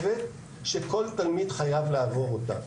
שכל תלמיד חייב לעבור אותה.